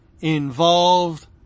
involved